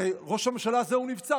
הרי ראש הממשלה הזה הוא נבצר.